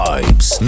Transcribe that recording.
Vibes